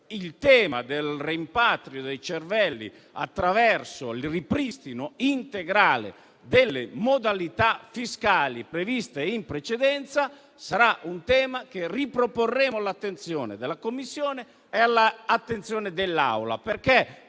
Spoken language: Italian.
Il tema del rimpatrio dei cervelli, attraverso il ripristino integrale delle modalità fiscali previste in precedenza, sarà tema che riproporremo all'attenzione della Commissione e all'attenzione dell'Aula,